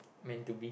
meant to be